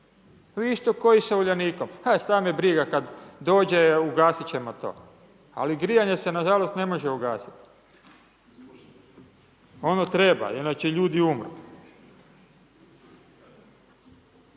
Vi isto kao i sa Uljanikom, a šta me briga kad dođe ugasit ćemo i to, ali grijanje se nažalost ne može ugasiti. Ono treba, inače ljudi umru.